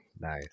Nice